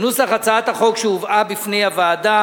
בנוסח הצעת החוק שהובאה בפני הוועדה